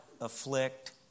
afflict